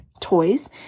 toys